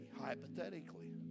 hypothetically